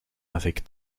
avec